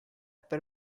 per